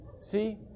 See